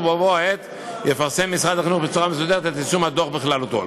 ובבוא העת יפרסם משרד החינוך בצורה מסודרת את יישום הדוח בכללותו.